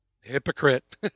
Hypocrite